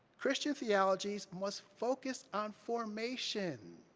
christian theologies must focus on formation,